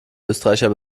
österreicher